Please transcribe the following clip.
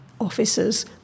officers